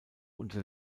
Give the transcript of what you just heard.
unter